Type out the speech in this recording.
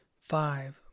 Five